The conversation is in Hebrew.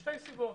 משתי סיבות: